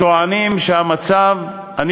טוענים שהמצב אני,